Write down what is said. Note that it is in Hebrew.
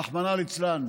רחמנא ליצלן.